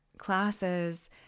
classes